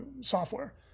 software